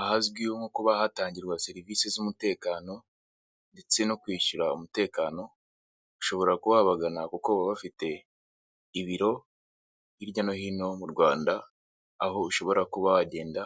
Ahazwiho nko kuba hatangirwa serivise z'umutekano ndetse no kwishyura umutekano, ushobora kuba wabagana kuko baba bafite ibiro hirya no hino mu Rwanda, aho ushobora kuba wagenda